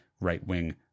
right-wing